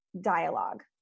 dialogue